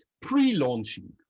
pre-launching